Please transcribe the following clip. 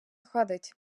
ходить